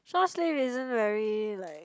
short sleeve isn't very like